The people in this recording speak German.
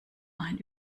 ein